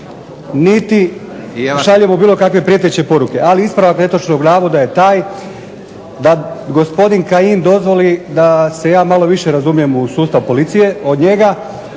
niti šaljemo bilo kakve prijeteće poruke. Ali ispravak netočnog navoda je taj da gospodin Kajin dozvoli da se ja malo više razumijem u sustav policije od njega,